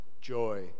joy